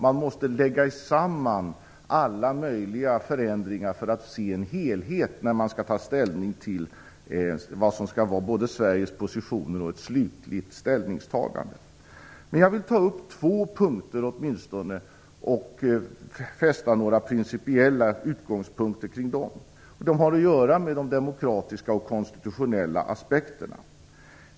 Man måste lägga samman alla möjliga förändringar för att se en helhet när man skall ta ställning till vad som skall vara Sveriges position och när man skall göra ett slutligt ställningstagande. Jag vill ta upp åtminstone två punkter och fästa uppmärksamheten på några principiella utgångspunkter för dem. De har att göra med de demokratiska och konstitutionella aspekterna.